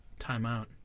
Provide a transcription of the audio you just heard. Timeout